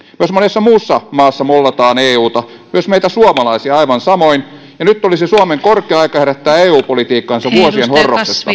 myös monessa muussa maassa mollataan euta myös meitä suomalaisia aivan samoin nyt olisi suomen korkea aika herättää eu politiikkansa vuosien horroksesta